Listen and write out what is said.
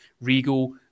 Regal